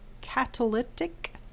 catalytic